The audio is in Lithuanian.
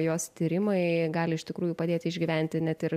jos tyrimai gali iš tikrųjų padėti išgyventi net ir